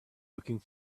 looking